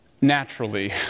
Naturally